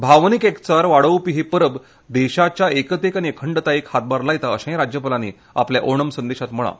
भावनिक एकचार वाडोवपी ही परब देशाच्या एकतेक आनी अखंडतायेक हातभार लायता अशेंय राज्यपालांनी आपल्या ओणम संदेशांत म्हळां